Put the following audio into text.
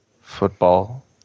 football